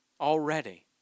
already